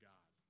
God